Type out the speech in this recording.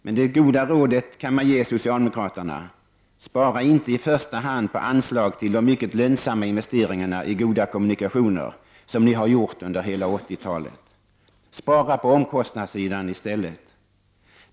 Ett gott råd kan man emellertid ge socialdemokraterna: Spara inte i första hand på anslag till de mycket lönsamma investeringarna i goda kommunikationer, såsom ni har gjort under hela 80-talet. Spara i stället på omkostnadssidan.